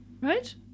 right